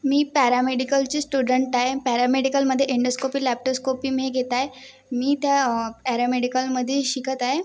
मी पॅरामेडिकलची स्टुडंट आहे पॅरामेडिकलमध्ये एंडोस्कोपी लॅप्टोस्कोपी मी घेत आहे मी त्या पॅरामेडिकलमध्ये शिकत आहे